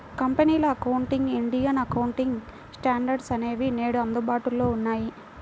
కంపెనీల accounting, Indian accounting standards అనేవి నేడు అందుబాటులో ఉన్నాయి